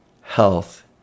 health